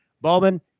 Bowman